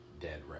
Dead